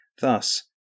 Thus